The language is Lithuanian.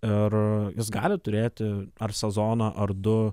ir jis gali turėti ar sezoną ar du